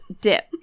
dip